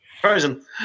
Frozen